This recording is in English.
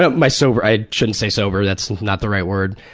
um my sober i shouldn't say sober, that's not the right word.